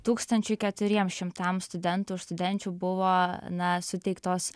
tūkstančiui keturiems šimtams studentų ir studenčių buvo na suteiktos